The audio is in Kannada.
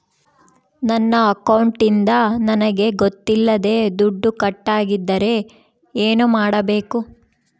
ನನ್ನ ಅಕೌಂಟಿಂದ ನನಗೆ ಗೊತ್ತಿಲ್ಲದೆ ದುಡ್ಡು ಕಟ್ಟಾಗಿದ್ದರೆ ಏನು ಮಾಡಬೇಕು?